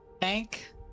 Thank